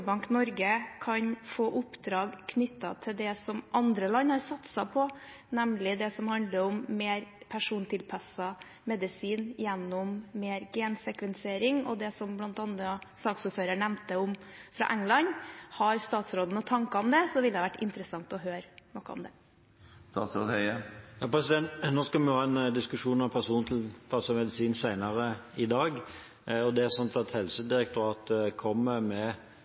Norge kan få oppdrag knyttet til det som andre land har satset på, nemlig det som handler om mer persontilpasset medisin gjennom mer gensekvensering og det som bl.a. saksordføreren nevnte fra England? Hvis statsråden har noen tanker om det, ville det vært interessant å høre noe om det. Vi skal ha en diskusjon om persontilpasset medisin senere i dag, og Helsedirektoratet kommer med sitt forslag til strategi på det området i juni. Da får vi se på hvilke virkemidler Helsedirektoratet